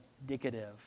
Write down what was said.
indicative